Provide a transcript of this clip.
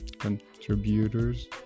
contributors